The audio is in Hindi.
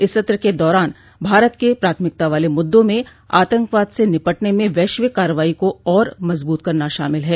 इस सत्र के दारान भारत के प्राथमिकता वाले मुद्दों में आतंकवाद से निपटने में वैश्विक कार्रवाई को और मजबूत करना शामिल है